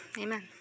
Amen